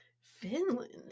Finland